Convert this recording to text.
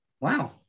Wow